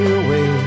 away